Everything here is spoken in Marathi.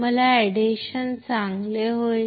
मग एडेशन चांगले होईल